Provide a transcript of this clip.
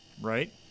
Right